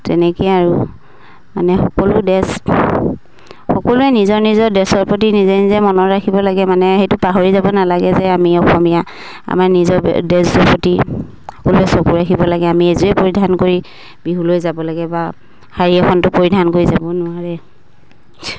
তেনেকে আৰু মানে সকলো ড্ৰেছ সকলোৱে নিজৰ নিজৰ ড্ৰেছৰ প্ৰতি নিজে নিজে মনত ৰাখিব লাগে মানে সেইটো পাহৰি যাব নালাগে যে আমি অসমীয়া আমাৰ নিজৰ ড্ৰেছযোৰ প্ৰতি সকলোৱে চকু ৰাখিব লাগে আমি এযোৰে পৰিধান কৰি বিহুলৈ যাব লাগে বা শাৰী এখনটো পৰিধান কৰি যাব নোৱাৰে